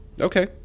okay